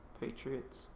Patriots